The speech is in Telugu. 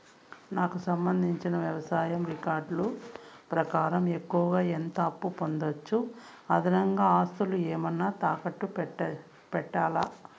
నాకు సంబంధించిన వ్యవసాయ రికార్డులు ప్రకారం ఎక్కువగా ఎంత అప్పు పొందొచ్చు, అదనంగా ఆస్తులు ఏమన్నా తాకట్టు పెట్టాలా?